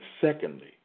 secondly